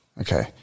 Okay